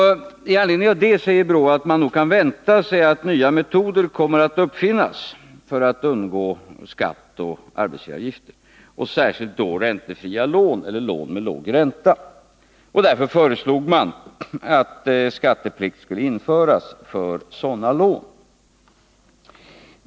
Med anledning av detta säger BRÅ att man nog kan vänta sig att nya metoder kommer att uppfinnas för att man skall kunna undgå skatt på arbetsgivaravgifter, särskilt då beträffande räntefria lån eller lån med låg ränta. Därför föreslog man att skatteplikt skulle införas för sådana lån.